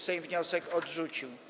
Sejm wniosek odrzucił.